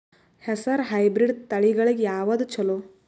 ಹೆಸರ ಹೈಬ್ರಿಡ್ ತಳಿಗಳ ಯಾವದು ಚಲೋ?